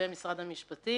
במשרד המשפטי.